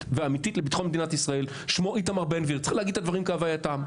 ואמיתית למדינת ישראל שמו איתמר בן גביר צריך להגיד דברים כהווייתם.